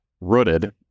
rooted